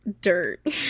dirt